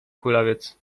kulawiec